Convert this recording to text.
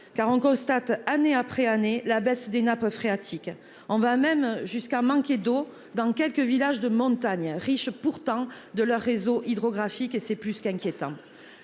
Car on constate, année après année la baisse des nappes phréatiques. On va même jusqu'à manquer d'eau dans quelques villages de montagne riche pourtant de leur réseau hydrographique et c'est plus qu'inquiétant.